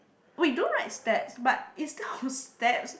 we do write steps but instead of steps